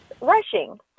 rushing